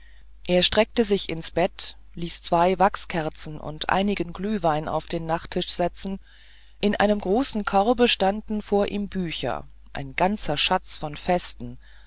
er streckte sich ins bett ließ zwei wachskerzen und einigen glühwein auf den nachttisch setzen in einem großen korbe standen vor ihm bücher ein ganzer schatz von festen